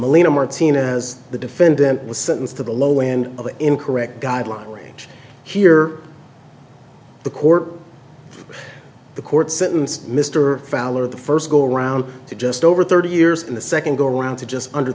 molina martinez the defendant was sentenced to the low end of the incorrect guideline range here the court the court sentenced mr fowler the first go around to just over thirty years in the second go around to just under